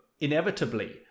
inevitably